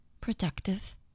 productive